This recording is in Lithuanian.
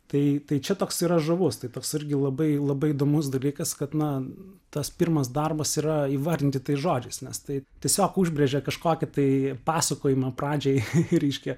tai tai čia toks yra žavus tai toks irgi labai labai įdomus dalykas kad na tas pirmas darbas yra įvardinti tais žodžiais nes tai tiesiog užbrėžia kažkokį tai pasakojimą pradžiai reiškia